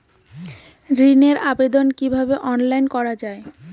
ঋনের আবেদন কিভাবে অনলাইনে করা যায়?